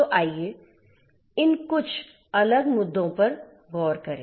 तो आइए इन कुछ अलग मुद्दों पर गौर करें